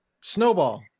Snowball